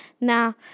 Now